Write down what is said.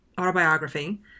autobiography